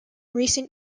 recent